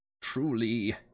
Truly